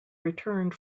returned